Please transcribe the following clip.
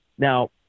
Now